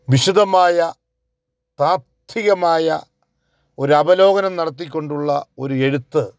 വിശദമായ താത്വികമായ ഒരവലോകനം നടത്തിക്കൊണ്ടുള്ള ഒരു എഴുത്ത്